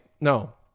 no